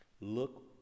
look